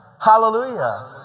Hallelujah